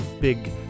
Big